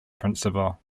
principle